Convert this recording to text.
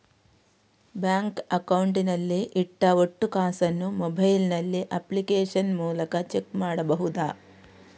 Bank account ನಲ್ಲಿ ಇಟ್ಟ ಒಟ್ಟು ಕಾಸನ್ನು ಮೊಬೈಲ್ ನಲ್ಲಿ ಅಪ್ಲಿಕೇಶನ್ ಮೂಲಕ ಚೆಕ್ ಮಾಡಬಹುದಾ?